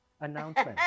announcement